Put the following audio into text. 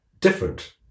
different